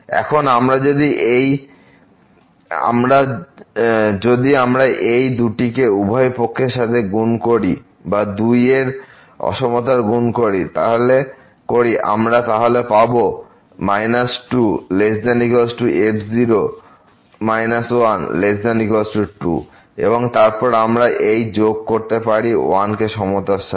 এখন যদি আমরা এই 2 টিকে উভয় পক্ষের সাথে গুণ করি বা আমরা 2 এই অসমতার গুণ করি আমরা তাহলে পাব 2≤f0 1≤2 এবং তারপর আমরা এইযোগ করতে পারি 1 কে অসমতার সাথে